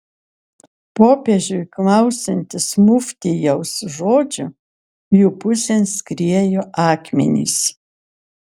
popiežiui klausantis muftijaus žodžių jų pusėn skriejo akmenys